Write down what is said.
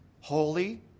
holy